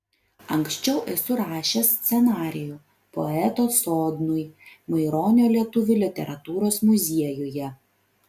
anksčiau esu rašęs scenarijų poeto sodnui maironio lietuvių literatūros muziejuje